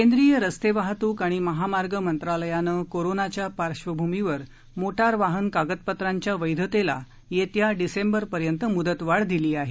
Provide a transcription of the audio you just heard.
केंद्रीय रस्ते वाहतूक आणि महामार्ण मंत्रालयानं कोरोनाच्या पार्श्वभूमीवर मोटार वाहन कागदपत्रांच्या वैधतेला येत्या डिसेंबरपर्यंत मुदतवाढ दिली आहे